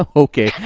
ah okay, yeah